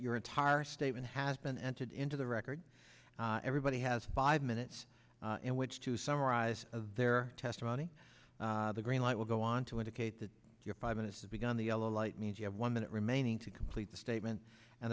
your entire statement has been entered into the record everybody has five minutes in which to summarize of their testimony the green light will go on to indicate that your five minutes have begun the yellow light means you have one minute remaining to complete the statement and